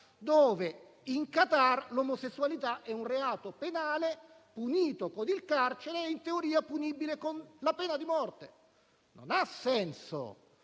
dove l'omosessualità è un reato penale, punito con il carcere e in teoria punibile con la pena di morte. Non ha senso.